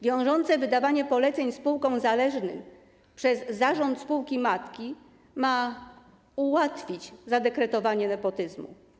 Wiążące wydawanie poleceń spółkom zależnym przez zarząd spółki matki ma ułatwić zadekretowanie nepotyzmu.